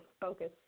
focus